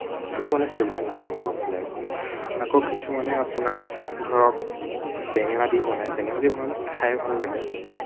কিছুমানে সেইবিলাক নিয়মৰ এপ্লাই কৰে আকৌ কিছুমানে আপোনাৰ ধৰক বেঙেনা দি বনায় বেঙেনা দি বনালে খাই ভাল লাগে